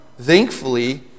Thankfully